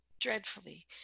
dreadfully